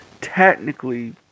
Technically